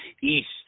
east